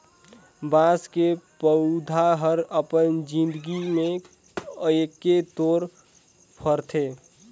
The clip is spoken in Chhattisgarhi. बाँस के पउधा हर अपन जिनगी में एके तोर फरथे